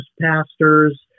pastors